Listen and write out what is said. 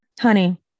Honey